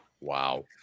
Wow